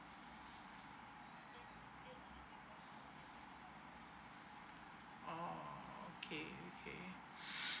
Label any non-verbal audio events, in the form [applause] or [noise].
oh okay okay [breath]